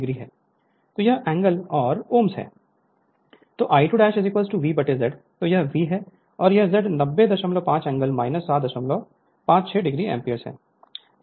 Refer Slide Time 1848 तो I2VZ तो यह V है यह Z 905 एंगल 756 o एम्पीयर है